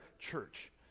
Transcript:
church